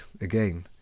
again